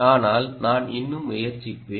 ஆனால் நான் இன்னும் முயற்சிப்பேன்